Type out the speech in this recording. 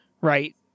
right